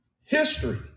history